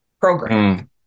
program